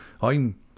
I'm